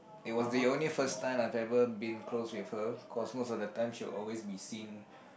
it was the only first time I've ever been close with her cause most of the time she would always been seen